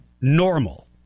normal